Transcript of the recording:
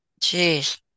Jeez